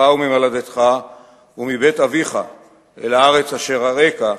וממולדתך ומבית אביך אל הארץ אשר אראך",